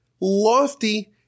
lofty